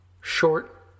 short